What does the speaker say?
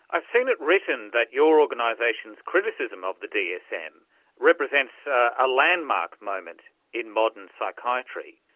i've seen it written that your organisation's criticism of the dsm represents a landmark moment in modern psychiatry.